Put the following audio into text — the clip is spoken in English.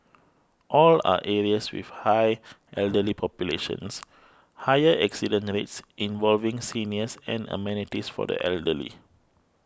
all are areas with high elderly populations higher accident rates involving seniors and amenities for the elderly